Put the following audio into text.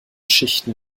schichten